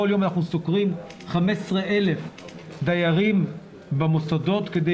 כל יום אנחנו סוקרים 15,000 דיירים במוסדות כדי